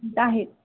आहेत